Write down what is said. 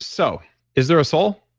so is there a soul?